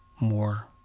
more